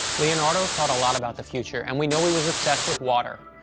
leonardo thought a lot about the future, and we know he was obsessed with water.